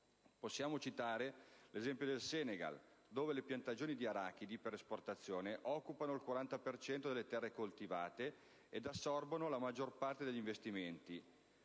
Possiamo citare l'esempio del Senegal dove le piantagioni di arachidi per esportazione occupano il 40 per cento delle terre coltivate ed assorbono la maggior parte degli investimenti;